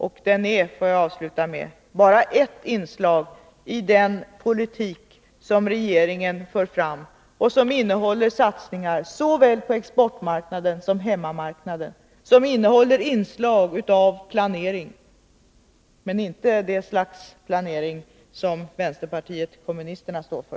Och den är, vill jag avsluta med att säga, bara ett inslag i den politik som regeringen för fram och som innehåller satsningar såväl på exportmarknaden som på hemmamarknaden, som innehåller inslag av planering, men inte av det slags planering som vänsterpartiet kommunisterna står för.